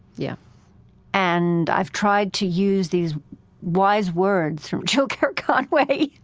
yeah and i've tried to use these wise words from jill ker conway